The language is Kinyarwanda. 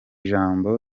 jambo